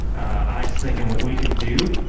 i was thinking what we could do,